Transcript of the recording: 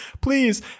Please